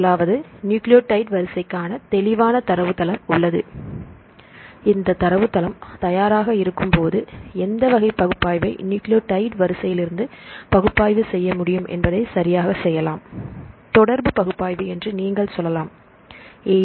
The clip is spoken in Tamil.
முதலாவது நியூக்ளியோடைடு வரிசைக்கான தெளிவான தரவுத்தளம் உள்ளது இந்த தரவுத்தளம் தயாராக இருக்கும்போது எந்த வகை பகுப்பாய்வை நியூக்ளியோடைடு வரிசையிலிருந்து பகுப்பாய்வு செய்ய முடியும் என்பதை சரியாக செய்யலாம் தொடர்பு பகுப்பாய்வு என்று நீங்கள் சொல்லலாம் ஏ